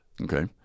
Okay